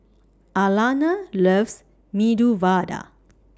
Alana loves Medu Vada